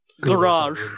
Garage